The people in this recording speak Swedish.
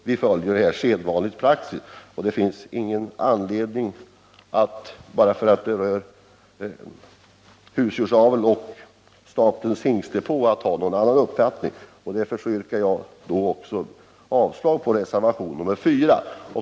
Vi följer här, som sagt, praxis, och det finns ingen anledning att ha någon annan uppfattning bara för att det rör husdjursaveln och statens hingstdepå. Därför yrkar jag avslag på reservationen 4.